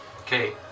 Okay